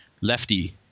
lefty